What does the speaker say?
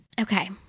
Okay